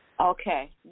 Okay